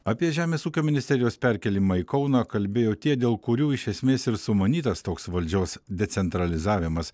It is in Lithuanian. apie žemės ūkio ministerijos perkėlimą į kauną kalbėjo tie dėl kurių iš esmės ir sumanytas toks valdžios decentralizavimas